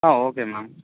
ah okay ma'am